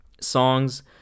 songs